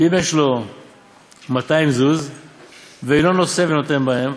אם יש לו מאתיים זוז ואינו נושא ונותן בהם,